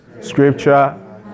scripture